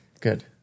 Good